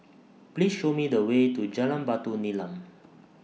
Please Show Me The Way to Jalan Batu Nilam